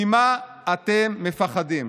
ממה אתם מפחדים.